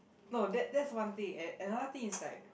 no that that's one thing and another thing is like